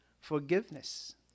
forgiveness